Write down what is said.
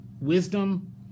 wisdom